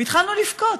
והתחלנו לבכות.